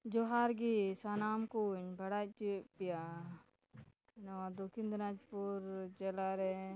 ᱡᱚᱦᱟᱨ ᱜᱮ ᱥᱟᱱᱟᱢ ᱠᱚᱧ ᱵᱟᱲᱟᱭ ᱚᱪᱚᱭᱮᱫ ᱯᱮᱭᱟ ᱱᱚᱣᱟ ᱫᱚᱠᱷᱤᱱ ᱫᱤᱱᱟᱡᱽᱯᱩᱨ ᱡᱮᱞᱟ ᱨᱮ